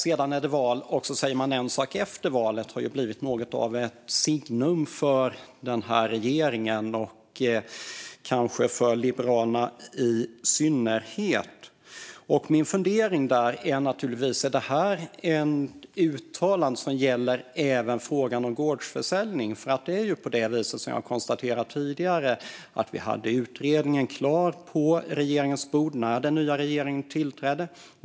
Sedan är det val, och efter valet säger man en annan sak." Detta har ju blivit något av ett signum för den här regeringen och kanske i synnerhet för Liberalerna. Min fundering är naturligtvis om detta är ett uttalande som även gäller frågan om gårdsförsäljning. Som jag konstaterade tidigare var utredningen klar och låg på regeringens bord när den nya regeringen tillträdde.